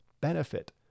benefit